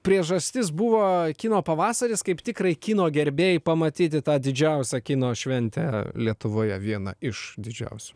priežastis buvo kino pavasaris kaip tikrai kino gerbėjai pamatyti tą didžiausią kino šventę lietuvoje viena iš didžiausių